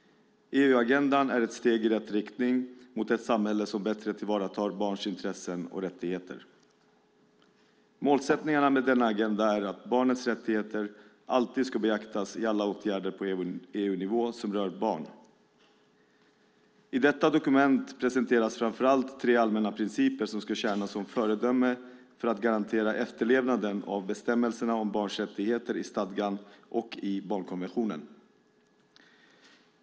EU-agendan är ett steg i rätt riktning mot ett samhälle som bättre tillvaratar barns intressen och rättigheter. Målsättningarna med denna agenda är att barnets rättigheter alltid ska beaktas i alla åtgärder på EU-nivå som rör barn. I detta dokument presenteras framför allt tre allmänna principer som ska tjäna som föredöme för att garantera efterlevnaden av bestämmelserna om barns rättigheter i stadgan och i barnkonventionen.